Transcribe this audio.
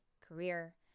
career